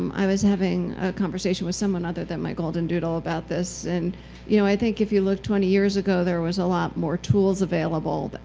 um i was having a conversation with someone other than my golden doodle about this, and you know i think if you lived twenty years ago, there was a lot more tools available.